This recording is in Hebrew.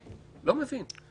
להמעיט כמה שאפשר,